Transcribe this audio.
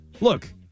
Look